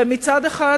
מצד אחד,